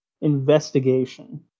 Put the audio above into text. investigation